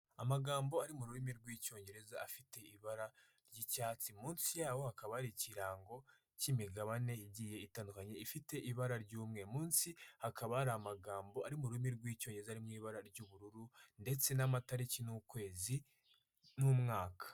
Amagambo ari mu rurimi rw'icyongereza afite ibara ry'icyatsi, munsi yaho hakaba ari ikirango cy'imigabane igiye itandukanye ifite ibara ry'umwru. Munsi hakaba hari amagambo ari mu rurimi rw'icyongereza mu ibara ry'ubururu, ndetse n'amatariki n'ukwezi n'umwaka.